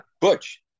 Butch